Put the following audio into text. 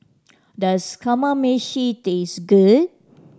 does Kamameshi taste good